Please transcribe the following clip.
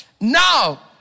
Now